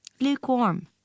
lukewarm